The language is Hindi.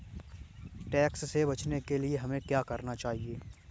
टैक्स से बचने के लिए हमें क्या करना चाहिए?